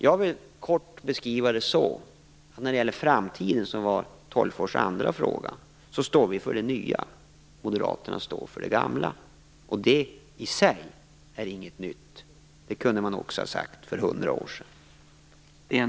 Jag vill kort beskriva det så, när det gäller framtiden, som Sten Tolgfors andra fråga gällde, att vi står för det nya. Moderaterna står för det gamla. Det i sig är inget nytt. Det kunde man också ha sagt för hundra år sedan.